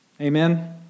Amen